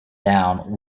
down